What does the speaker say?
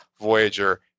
Voyager